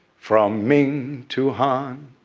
from ming to han,